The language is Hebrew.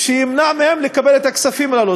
שימנע מהם לקבל את הכספים הללו.